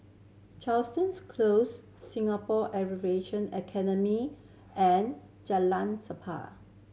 Close Singapore Academy and Jalan